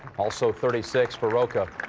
also. thirty-six for rocca